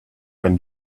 can